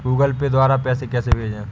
Google Pay द्वारा पैसे कैसे भेजें?